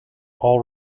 all